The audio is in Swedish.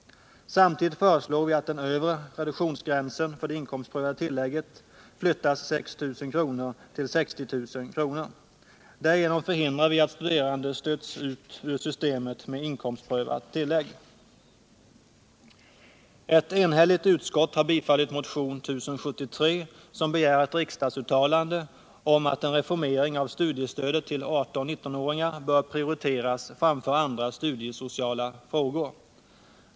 Samtidigt föreslår vi att den övre reduktionsgränsen för det inkomstprövade tillägget flyttas 6 000 kr. till 60 000 kr. Därigenom förhindrar vi att studerande stöts ut ur systemet med inkomstprövat tillägg. Ett enhälligt utskott har tillstyrkt motionen 1073, som begär ett riksdagsuttalande om att en reformering av studiestödet till 18-19-åringar bör prioriteras framför andra studiesociala frågor.